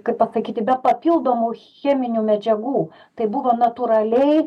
kaip pasakyti be papildomų cheminių medžiagų tai buvo natūraliai